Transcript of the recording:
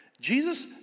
Jesus